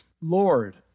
Lord